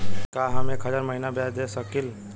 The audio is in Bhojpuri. का हम एक हज़ार महीना ब्याज दे सकील?